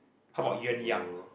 comfortable